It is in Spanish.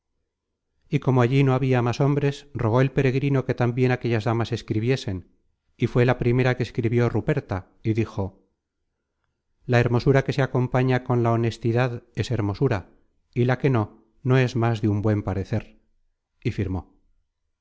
y como allí no habia más hombres rogó el peregrino que tambien aquellas damas escribiesen y fué la primera que escribió ruperta y dijo la hermosura que se acompaña con la honestidad es hermosura y la que no no es más de un buen parecer y firmó